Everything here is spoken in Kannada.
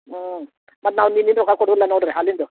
ಹ್ಞೂ ಮತ್ತು ನಾವು ನಿನ್ನಿಂದು ಹಣ ಕೊಡುದಿಲ್ಲ ನೋಡಿರಿ ಹಾಲಿಂದು